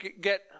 get